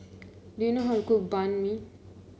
do you know how to cook Banh Mi